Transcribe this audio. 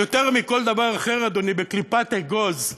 אבל יותר מכל דבר אחר, אדוני, בקליפת אגוז,